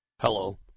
Hello